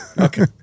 Okay